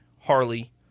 harley